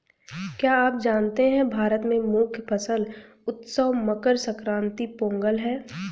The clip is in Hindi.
क्या आप जानते है भारत में मुख्य फसल उत्सव मकर संक्रांति, पोंगल है?